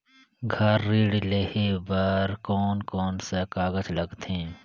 घर ऋण लेहे बार कोन कोन सा कागज लगथे?